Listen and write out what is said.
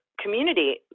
community